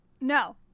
No